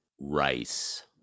rice